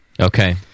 Okay